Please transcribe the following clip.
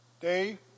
Dave